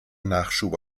nachschub